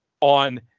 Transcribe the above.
on